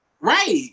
Right